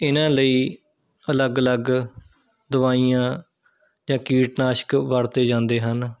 ਇਹਨਾਂ ਲਈ ਅਲੱਗ ਅਲੱਗ ਦਵਾਈਆਂ ਜਾਂ ਕੀਟਨਾਸ਼ਕ ਵਰਤੇ ਜਾਂਦੇ ਹਨ